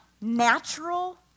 natural